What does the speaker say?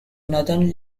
northern